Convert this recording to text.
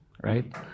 right